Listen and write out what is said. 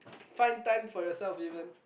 find time for your self even